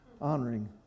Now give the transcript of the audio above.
honoring